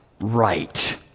right